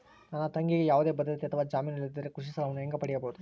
ನನ್ನ ತಂಗಿಗೆ ಯಾವುದೇ ಭದ್ರತೆ ಅಥವಾ ಜಾಮೇನು ಇಲ್ಲದಿದ್ದರೆ ಕೃಷಿ ಸಾಲವನ್ನು ಹೆಂಗ ಪಡಿಬಹುದು?